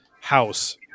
house